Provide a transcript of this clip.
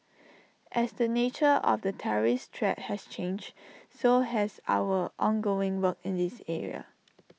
as the nature of the terrorist threat has changed so has our ongoing work in this area